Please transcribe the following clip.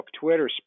Twitter